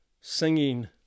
singing